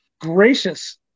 gracious